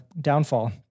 downfall